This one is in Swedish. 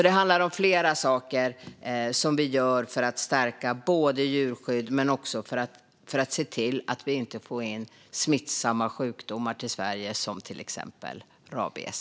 Det handlar alltså om flera saker som vi gör för att både stärka djurskyddet och se till att vi inte får in smittsamma sjukdomar till Sverige, till exempel rabies.